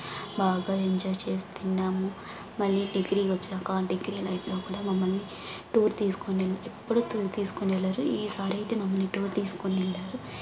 బాగా ఎంజాయ్ చేసి తిన్నాము మళ్ళీ డిగ్రీకొచ్చాక డిగ్రీ లైఫ్లో కూడా మమ్మల్ని టూర్ తీసుకొని ఎల్ ఎప్పుడు తు తీసుకొని వెళ్ళారు ఈసారైతే మమ్మల్ని టూర్ తీసుకొని వెళ్ళారు